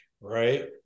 right